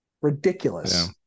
Ridiculous